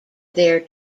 their